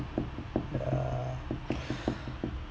yeah